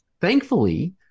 Thankfully